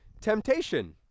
temptation